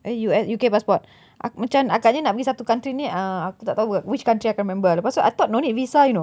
U~ U_K passport aku macam agaknya nak pergi satu country ni uh aku tak tahu which country I can't remember ah lepas tu I thought no need visa you know